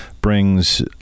brings